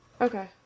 Okay